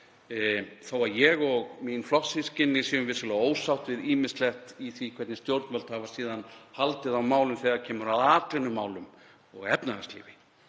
þó að ég og flokkssystkini mín séum vissulega ósátt við ýmislegt í því hvernig stjórnvöld hafa síðan haldið á málum þegar kemur að atvinnumálum og efnahagslífi.